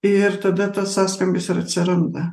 ir tada tas sąskambis ir atsiranda